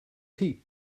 heat